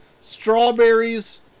strawberries